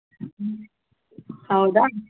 ಹೌದಾ